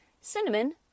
cinnamon